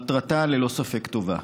מטרתה ללא ספק טובה.